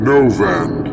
Novan